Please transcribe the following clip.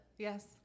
Yes